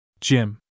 Jim